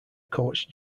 coach